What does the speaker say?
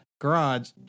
garage